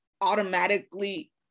automatically